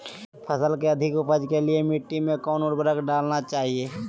फसल के अधिक उपज के लिए मिट्टी मे कौन उर्वरक डलना चाइए?